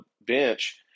bench